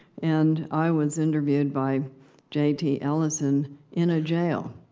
and i was interviewed by j t. ellison in a jail.